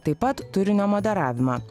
taip pat turinio moderavimą